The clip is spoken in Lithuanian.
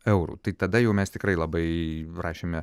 eurų tai tada jau mes tikrai labai rašėme